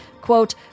quote